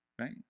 right